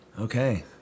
Okay